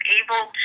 able